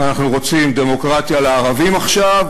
ואנחנו רוצים דמוקרטיה לערבים עכשיו,